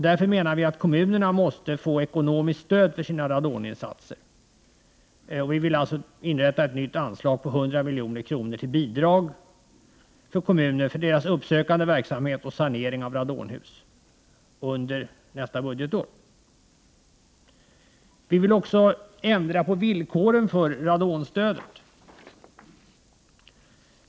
Därför måste kommunerna få ekonomiskt stöd till sina radoninsatser. Vi vill inrätta ett nytt anslag på 100 milj.kr. till bidrag för deras uppsökande verksamhet och sanering av radonhus. Under nästa budgetår. Vi vill också ändra på villkoren för radonstödet.